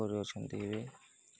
ଉପରେ ଅଛନ୍ତି ଏବେ